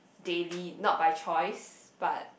daily not by choice but